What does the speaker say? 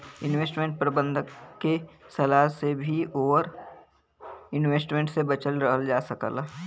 investment प्रबंधक के सलाह से भी ओवर इन्वेस्टमेंट से बचल रहल जा सकला